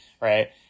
right